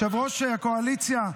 יושב-ראש הקואליציה.